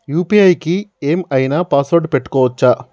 UPI కి ఏం ఐనా పాస్వర్డ్ పెట్టుకోవచ్చా?